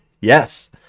Yes